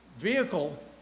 vehicle